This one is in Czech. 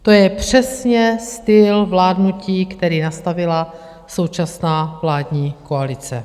To je přesně styl vládnutí, který nastavila současná vládní koalice.